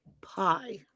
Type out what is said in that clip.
pie